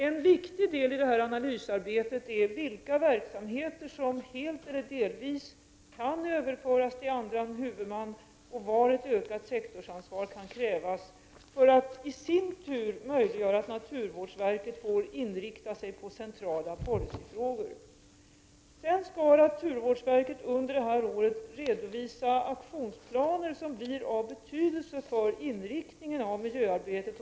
En viktig fråga i detta analysarbete är vilka verksamheter som helt eller delvis kan överföras till annan huvudman och var ett ökat sektorsansvar kan krävas, för att i sin tur möjliggöra att naturvårdsverket får inrikta sig på centrala policyfrågor. Under det här året skall naturvårdsverket redovisa aktionsplaner som blir av betydelse för inriktningen av miljöarbetet.